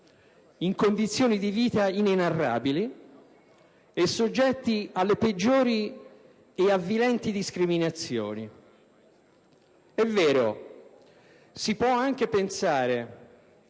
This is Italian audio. in condizioni di vita inenarrabili, soggetti alle peggiori e avvilenti discriminazioni. È vero, si può anche pensare